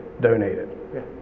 donated